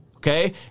Okay